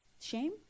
Shame